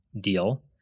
deal